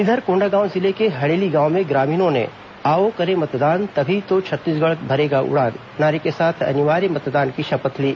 इधर कोंडागांव जिले के हड़ेली गांव में ग्रामीणों ने आओ करे मतदान तभी तो छत्तीसगढ़ भरेगा उड़ान नारे के साथ अनिवार्य मतदान की शपथ ली